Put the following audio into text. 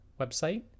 website